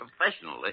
professionally